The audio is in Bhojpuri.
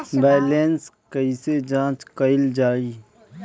बैलेंस कइसे जांच कइल जाइ?